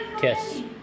Kiss